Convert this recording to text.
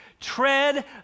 tread